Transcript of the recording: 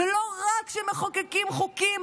ולא רק שמחוקקים חוקים